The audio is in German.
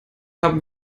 haben